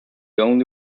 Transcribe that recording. only